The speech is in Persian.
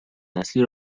نسلی